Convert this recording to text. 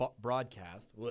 broadcast